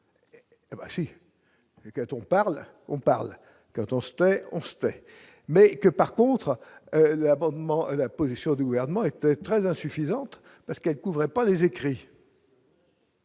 discours et quand on parle, on parle quand on se tait, on se tait, mais que par contre l'abonnement, la position du gouvernement était très insuffisante parce qu'elle couvrait pas les écrits.